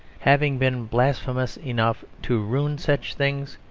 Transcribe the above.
having been blasphemous enough to ruin such things,